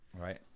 right